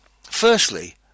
Firstly